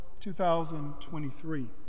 2023